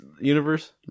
universe